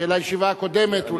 של הישיבה הקודמת.